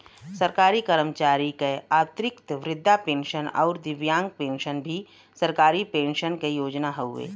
सरकारी कर्मचारी क अतिरिक्त वृद्धा पेंशन आउर दिव्यांग पेंशन भी सरकारी पेंशन क योजना हउवे